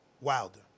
wilder